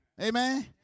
Amen